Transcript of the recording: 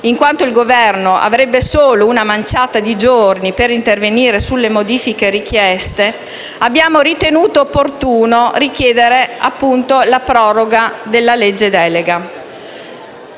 in quanto il Governo avrebbe solo una manciata di giorni per intervenire sulle modifiche richieste, abbiamo ritenuto opportuno richiedere appunto la proroga della legge delega.